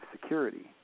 security